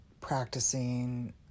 practicing